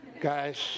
guys